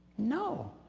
no,